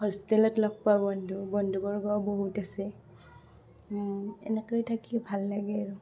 হোষ্টেলত লগ পোৱা বন্ধু বন্ধুবৰ্গ বহুত আছে এনেকৈ থাকি ভাল লাগে আৰু